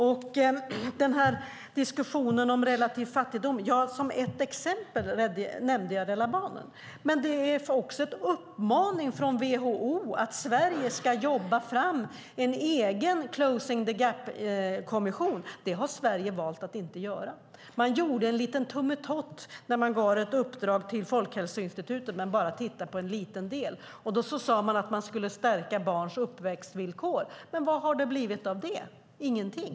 När det gäller diskussionen om relativ fattigdom nämnde jag som ett exempel Rädda Barnen. Det finns en uppmaning från WHO att Sverige ska inrätta en egen Closing the Gap-kommission. Det har Sverige valt att inte göra. Man gjorde en liten tummetott när man gav ett uppdrag till Folkhälsoinstitutet som bara skulle titta på en liten del. Man sade att man skulle stärka barns uppväxtvillkor, men vad har det blivit av det? Ingenting.